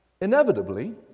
inevitably